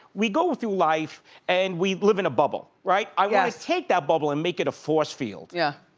we go through life and we live in a bubble, right? i wanna take that bubble and make it a force field. yeah.